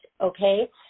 okay